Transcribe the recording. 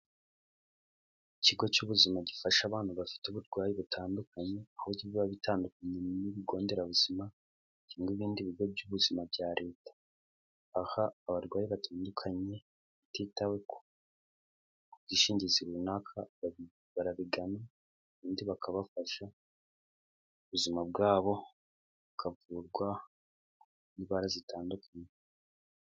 Ikigo cy'ubuzima gifasha abana bafite uburwayi butandukanye. Aho kiba bitandukanye n'ibindi bigo nderabuzima, cyangwa ibindi bigo by'ubuzima bya leta. Aha abarwayi batandukanye hatitawe ku bwishingizi runaka barabigana, ubundi bakabafasha, buzima bwabo bukavurwa indwara zitandukanye.